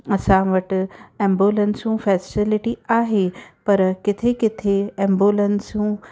असां वटि एंबुलेंसूं फैसलिटी आहे पर किथे किथे एंबुलेंसियूं